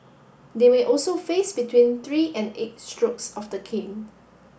they may also face between three and eight strokes of the cane